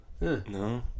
no